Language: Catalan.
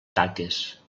taques